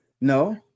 No